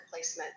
placements